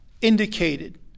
indicated